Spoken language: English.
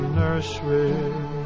nursery